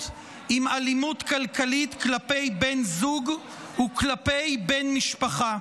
עם אלימות כלכלית כלפי בן זוג וכלפי בן משפחה.